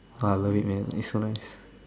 !wah! love it man it's so nice